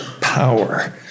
power